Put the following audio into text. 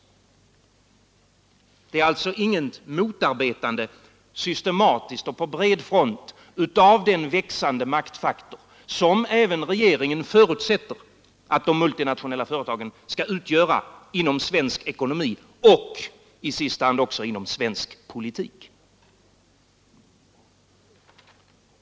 De innebär alltså inget motarbetande, systematiskt och på bred front, av den växande maktfaktor som även regeringen förutsätter att de multinationella företagen skall utgöra inom svensk ekonomi och i sista hand också inom svensk politik.